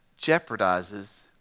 jeopardizes